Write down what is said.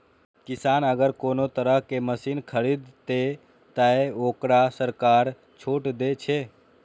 किसान अगर कोनो तरह के मशीन खरीद ते तय वोकरा सरकार छूट दे छे?